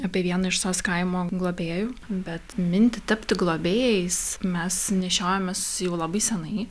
apie vieną iš sos kaimo globėjų bet mintį tapti globėjais mes nešiojomės jau labai senai